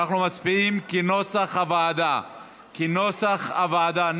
אנחנו מצביעים עליו כנוסח הוועדה.